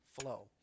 flow